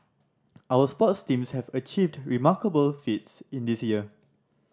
our sports teams have achieved remarkable feats in this year